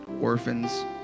orphans